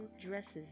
dresses